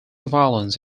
violence